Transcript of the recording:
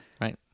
Right